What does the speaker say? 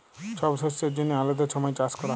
ছব শস্যের জ্যনহে আলেদা ছময় চাষ ক্যরা হ্যয়